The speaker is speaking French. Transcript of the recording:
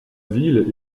ville